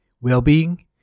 well-being